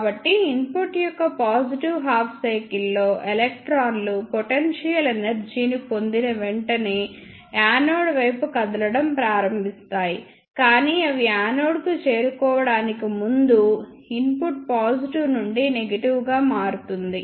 కాబట్టి ఇన్పుట్ యొక్క positive half cycle లో ఎలక్ట్రాన్లు పొటెన్షియల్ ఎనర్జీని పొందిన వెంటనే యానోడ్ వైపు కదలడం ప్రారంభిస్తాయి కానీ అవి యానోడ్కు చేరుకోవడానికి ముందు ఇన్పుట్ పాజిటివ్ నుండి నెగిటివ్ గా మారుతుంది